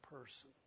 person